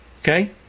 Okay